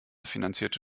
finanzierte